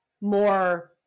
more